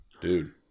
Dude